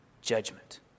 judgment